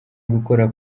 gukora